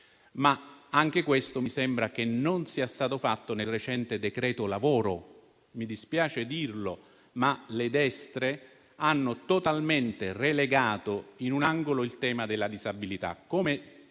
Anche questo, però, mi sembra che non sia stato fatto nel recente decreto lavoro. Mi dispiace dirlo, ma le destre hanno totalmente relegato in un angolo il tema della disabilità,